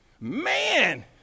Man